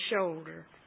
shoulder